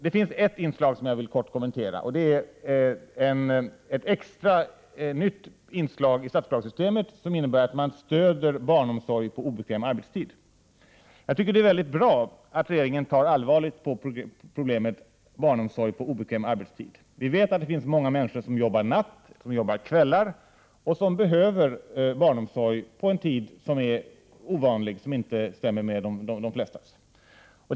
Det finns ett inslag som jag vill kort kommentera. Det är ett nytt inslag i statsbidragssystemet, som innebär att man stödjer barnomsorg på obekväm arbetstid. Jag tycker att det är bra att regeringen tar allvarligt på problemet barnomsorg på obekväm arbetstid. Vi vet att det finns många människor som jobbar natt, som jobbar kvällar, och som behöver barnomsorg på en tid som är ovanlig, som inte stämmer med de flesta andras behov.